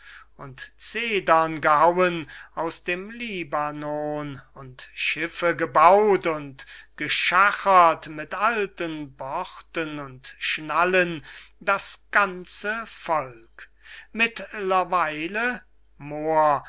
und cedern gehauen aus dem libanon und schiffe gebaut und geschachert mit alten borten und schnallen das ganze volk mittlerweile moor